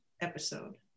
episode